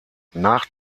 nach